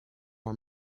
are